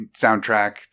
soundtrack